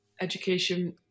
education